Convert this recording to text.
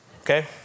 Okay